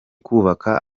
kubaka